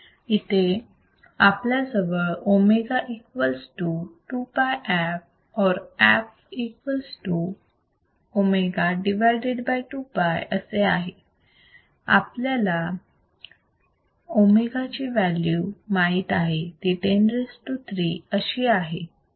इथे आपल्या जवळ omega equals to 2 π f or fw2π असे आहे आणि आपल्याला w ची व्हॅल्यू माहित आहे ती 103 अशी आहे